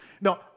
No